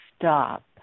Stop